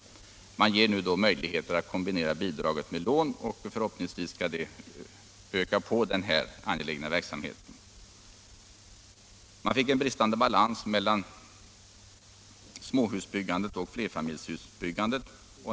Propositionens förslag ger nu möjligheten att kombinera bidraget med lån, och förhoppningsvis kommer denna angelägna verksamhet då att öka. Det uppstod en bristande balans mellan småhusbyggandet och flerfamiljshusbyggandet.